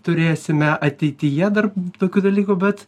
turėsime ateityje dar tokių dalykų bet